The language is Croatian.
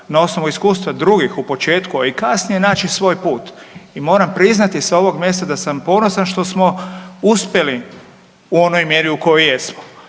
na osnovu iskustva drugih u početku, a i kasnije naći svoj put i moram priznati sa ovog mjesta da sam ponosan što smo uspjeli u onoj mjeri u kojoj jesmo.